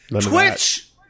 Twitch